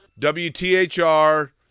WTHR